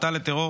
הסתה לטרור